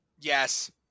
Yes